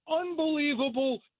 unbelievable